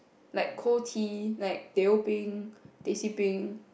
like cold tea like teh O peng teh C peng